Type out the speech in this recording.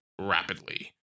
rapidly